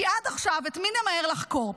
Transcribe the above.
כי עד עכשיו, את מי נמהר לחקור?